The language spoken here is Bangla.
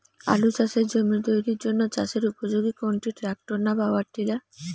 আলু চাষের জমি তৈরির জন্য চাষের উপযোগী কোনটি ট্রাক্টর না পাওয়ার টিলার?